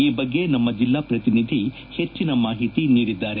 ಈ ಬಗ್ಗೆ ನಮ್ಮ ಜಿಲ್ಲಾ ಪ್ರತಿನಿಧಿ ಹೆಚ್ಚಿನ ಮಾಹಿತಿ ನೀಡಿದ್ದಾರೆ